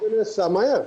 זה נעשה מהר.